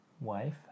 Wife